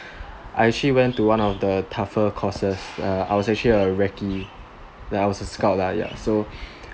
I actually went to one of the tougher courses uh I was actually a recce ya I was a scout lah ya so